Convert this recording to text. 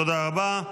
תודה רבה.